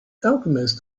alchemist